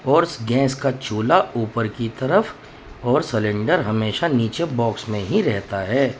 اور گیس کا چولہا اوپر کی طرف اور سلینڈر ہمیشہ نیچے باکس میں ہی رہتا ہے